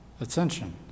attention